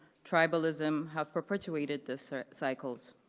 tribalism, have perpetuated the so cycles.